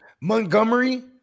Montgomery